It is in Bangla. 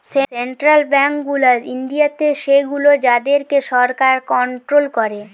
সেন্ট্রাল বেঙ্ক গুলা ইন্ডিয়াতে সেগুলো যাদের কে সরকার কন্ট্রোল করে